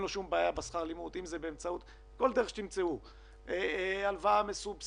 לו שום בעיה בשכר לימוד אם זה באמצעות הלוואה מסובסדת,